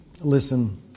Listen